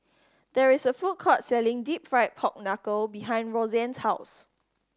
there is a food court selling Deep Fried Pork Knuckle behind Rosann's house